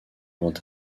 grand